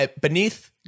beneath